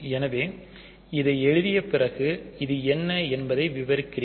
எனவே இதை எழுதிய பிறகு இது என்ன என்பதை விவரிக்கிறேன்